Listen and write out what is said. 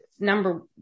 number